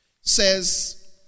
says